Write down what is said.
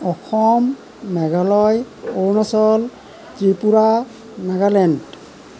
Assam Meghalaya Arunachal Tripura Nagaland